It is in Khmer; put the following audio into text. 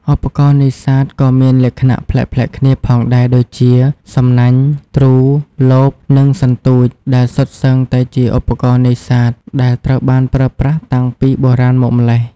ឧបករណ៍នេសាទក៏មានលក្ខណៈប្លែកៗគ្នាផងដែរដូចជា សំណាញ់ ទ្រូ លប និង សន្ទូច ដែលសុទ្ធសឹងតែជា ឧបករណ៍នេសាទ ដែលត្រូវបានប្រើប្រាស់តាំងពីបុរាណមកម្ល៉េះ។